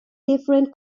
different